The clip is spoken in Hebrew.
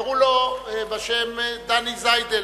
קראו לו דני זיידל,